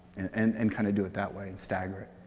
and and kind of do it that way, and stagger it